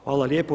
Hvala lijepo.